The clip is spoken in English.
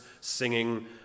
singing